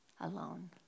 alone